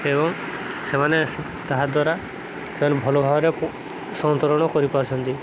ଏବଂ ସେମାନେ ତାହା ଦ୍ୱାରା ସେମାନେ ଭଲ ଭାବରେ ସନ୍ତରଣ କରିପାରୁଛନ୍ତି